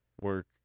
Work